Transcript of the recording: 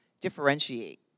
differentiate